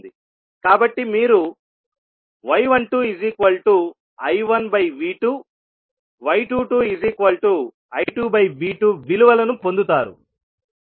కాబట్టి మీరు y12I1V2y22I2V2 విలువలను పొందుతారు